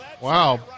Wow